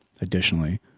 Additionally